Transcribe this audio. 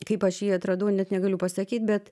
kaip aš jį atradau net negaliu pasakyt bet